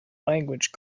language